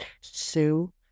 Sue